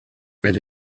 elle